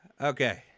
Okay